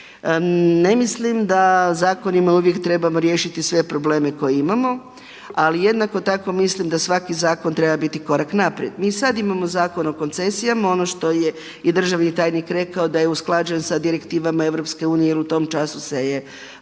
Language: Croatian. Ne mislim da zakonima uvijek trebamo riješiti sve probleme koje imamo, ali jednako tako mislim da svaki zakon treba biti korak naprijed. Mi sada imamo Zakon o koncesijama, ono što je i državni tajnik rekao da je usklađen sa direktivama EU jel u tom času su se